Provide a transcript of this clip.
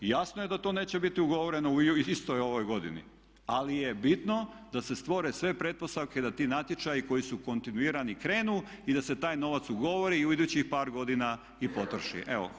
I jasno je da to neće biti ugovoreno u istoj ovoj godini, ali je bitno da se stvore sve pretpostavke da ti natječaji koji su kontinuirani krenu i da se taj novac ugovori i u idućih par godina i potroši.